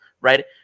right